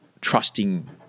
trusting